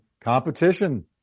competition